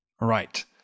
Right